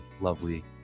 lovely